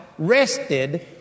rested